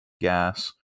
gas